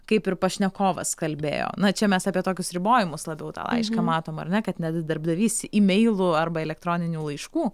kaip ir pašnekovas kalbėjo na čia mes apie tokius ribojimus labiau tą laišką matom ar ne kad net darbdavys imeilų arba elektroninių laiškų